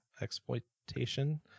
Exploitation